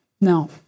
Now